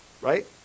right